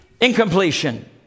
incompletion